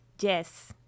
yes